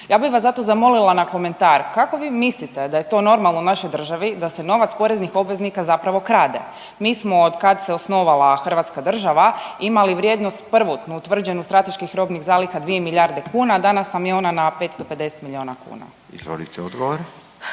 Ja bih vas zato zamolila na komentar, kako vi mislite da je to normalno u našoj državi da se novac poreznih obveznika zapravo krade? Mi smo od kad se osnovala hrvatska država imali vrijednost, prvotnu, utvrđenu strateških robnih zaliha 2 milijarde kuna, a danas nam je ona na 550 milijuna kuna. **Radin, Furio